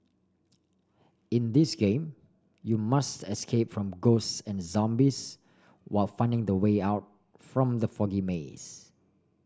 in this game you must escape from ghosts and zombies while finding the way out from the foggy maze